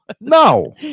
No